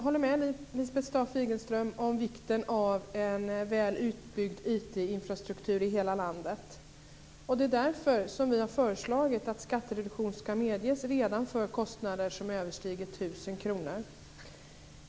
Fru talman! Jag håller med Lisbeth Staaf infrastruktur i hela landet. Det är därför som vi har föreslagit att skattereduktion ska medges redan för kostnader som överstiger 1 000 kr.